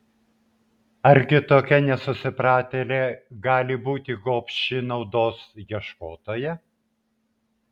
argi tokia nesusipratėlė gali būti gobši naudos ieškotoja